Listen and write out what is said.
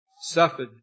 suffered